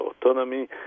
autonomy